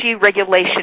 Regulation